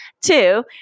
Two